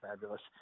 Fabulous